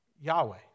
Yahweh